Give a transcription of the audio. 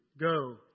go